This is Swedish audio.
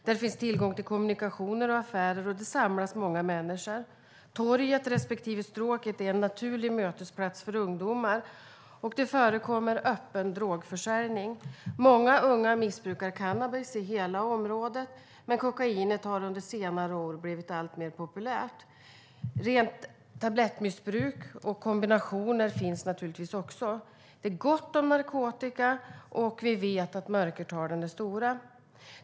Där finns tillgång till kommunikationer och affärer, och det samlas många människor. Torget respektive stråket är naturliga mötesplatser för ungdomar, och det förekommer öppen drogförsäljning. Många unga missbrukar cannabis i hela området, men kokainet har under senare år blivit alltmer populärt. Rent tablettmissbruk och kombinationer finns naturligtvis också. Det är gott om narkotika, och vi vet att mörkertalen är stora.